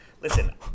Listen